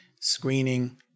screening